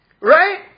Right